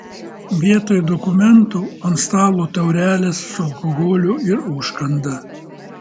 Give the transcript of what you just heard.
vietoj dokumentų ant stalo taurelės su alkoholiu ir užkanda